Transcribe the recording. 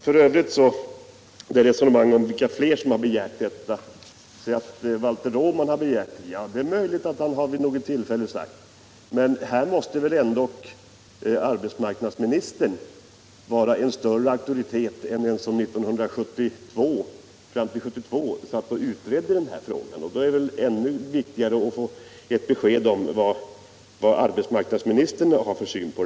Per Ahlmark för ett resonemang om vilka fler som begärt denna översyn och säger att Valter Åman har begärt det. Ja, det är möjligt att han vid något tillfälle sagt så, men här måste väl ändå arbetsmarknadsministern vara en större auktoritet än den som fram till 1972 utredde den här frågan. Och då är det väl ännu viktigare att få besked om vad arbetsmarknadsministern har för synpunkt.